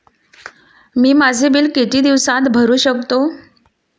मी माझे बिल किती दिवसांत भरू शकतो?